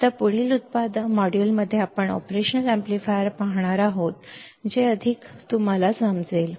आता पुढील मॉड्यूलमध्ये आपण ऑपरेशन अॅम्प्लीफायर पाहणार आहोत जे पुढे अधिक समजेल